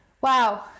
wow